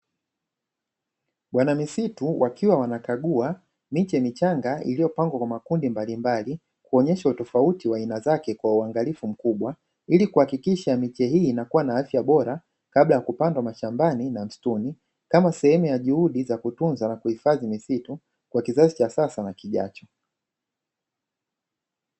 Bwana misitu wakiwa wanakagua miche michanga iliyopangwa kwa makundi mbalimbali kuonyesha utofauti wa aina zake kwa uangalifu mkubwa ili kuhakikisha miche hii inakuwa na afya bora kabla ya kupandwa mashambani na msituni. Kama sehemu ya juhudi za kutunza na kuhifadhi misitu kwa kizazi cha sasa na kijacho.